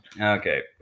Okay